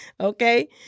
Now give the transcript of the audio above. Okay